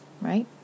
right